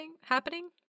happening